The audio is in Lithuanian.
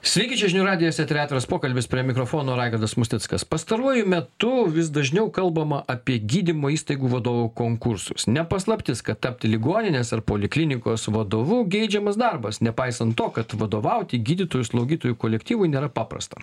sveiki čia žinių radijas tai atviras pokalbis prie mikrofono raigardas musnickas pastaruoju metu vis dažniau kalbama apie gydymo įstaigų vadovų konkursus ne paslaptis kad tapti ligoninės ar poliklinikos vadovugeidžiamas darbas nepaisant to kad vadovauti gydytojų slaugytojų kolektyvui nėra paprasta